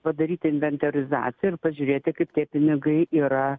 padaryti inventorizaciją ir pažiūrėti kaip tie pinigai yra